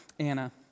Anna